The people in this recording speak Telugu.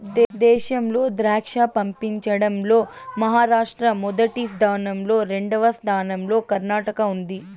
దేశంలో ద్రాక్ష పండించడం లో మహారాష్ట్ర మొదటి స్థానం లో, రెండవ స్థానం లో కర్ణాటక ఉంది